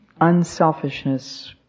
unselfishness